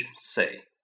say